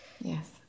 yes